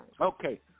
Okay